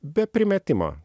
be primetimo